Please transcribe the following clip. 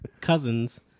cousin's